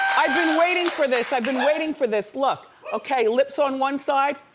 i've been waiting for this. i've been waiting for this. look. okay. lips on one side.